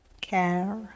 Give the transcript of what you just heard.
care